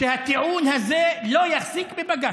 שהטיעון הזה לא יחזיק בבג"ץ,